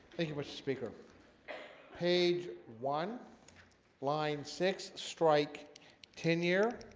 thank you mr. speaker page one line six strike tenure